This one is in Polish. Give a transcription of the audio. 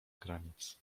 granic